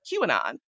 QAnon